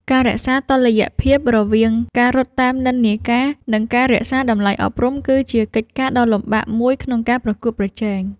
ការរក្សាតុល្យភាពរវាង ការរត់តាមនិន្នាការ និង ការរក្សាតម្លៃអប់រំ គឺជាកិច្ចការដ៏លំបាកមួយក្នុងការប្រកួតប្រជែង។